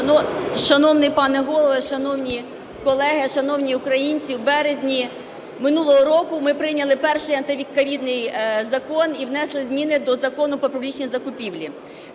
Шановний пане Голово, шановні колеги, шановні українці! В березні минулого року ми прийняли перший антиковідний закон і внесли зміни до Закону "Про публічні закупівлі",